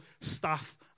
staff